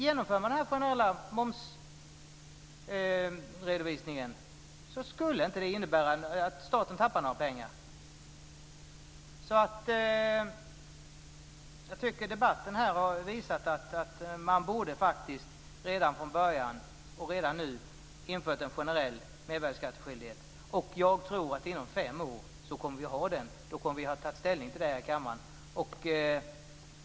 Genomför man den generella momsredovisningen skulle det inte innebära att staten tappar några pengar. Jag tycker att debatten här har visat att man redan nu borde införa en generell mervärdesskattskyldighet. Jag tror att vi kommer att ha en sådan inom fem år. Det kommer vi att få ta ställning till här i kammaren.